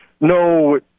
No